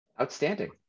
Outstanding